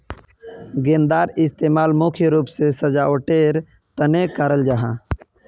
गेंदार इस्तेमाल मुख्य रूप से सजावटेर तने कराल जाहा